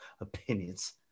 opinions